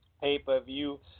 pay-per-view